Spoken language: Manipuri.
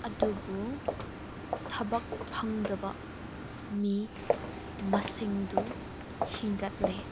ꯑꯗꯨꯕꯨ ꯊꯕꯛ ꯐꯪꯗꯕ ꯃꯤ ꯃꯁꯤꯡꯗꯨ ꯍꯦꯟꯒꯠꯂꯦ